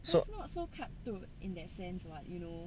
so